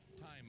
time